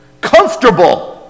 Comfortable